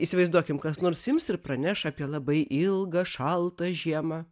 įsivaizduokim kas nors ims ir praneš apie labai ilgą šaltą žiemą